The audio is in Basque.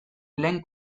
lehen